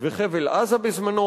וחבל-עזה בזמנו.